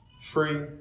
Free